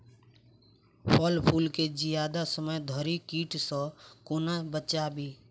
फल फुल केँ जियादा समय धरि कीट सऽ कोना बचाबी?